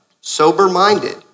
sober-minded